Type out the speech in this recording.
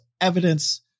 evidence